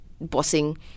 bossing